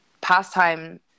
pastime